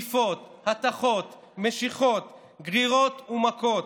דחיפות, הטחות, משיכות, גרירות ומכות,